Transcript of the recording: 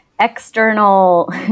external